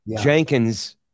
Jenkins